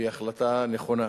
והיא החלטה נכונה.